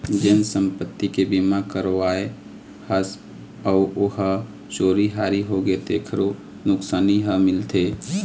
जेन संपत्ति के बीमा करवाए हस अउ ओ ह चोरी हारी होगे तेखरो नुकसानी ह मिलथे